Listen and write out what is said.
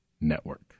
Network